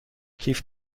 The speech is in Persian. کیف